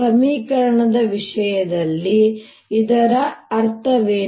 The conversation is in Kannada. ಸಮೀಕರಣದ ವಿಷಯದಲ್ಲಿ ಇದರ ಅರ್ಥವೇನು